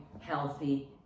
healthy